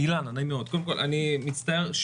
מצטער,